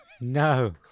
No